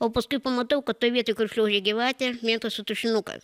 o paskui pamatau kad toj vietoj kur šliaužė gyvatė mėtosi tušinukas